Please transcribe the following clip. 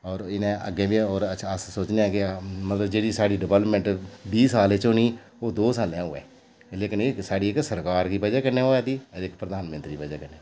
होर इ'नें अग्गें गै होर अस सोचने आं कि मतलब जेह्ड़ी साढ़ी डेवल्पमेंट बीह् साल इच होनी ओह दो साल च होऐ लेकिन एह् इक साढ़ी सरकार दी बजह कन्नै होआ दी ते प्रधानमंत्री दी बजह कन्नै होऐ दी